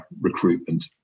recruitment